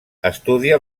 estudia